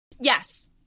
Yes